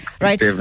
right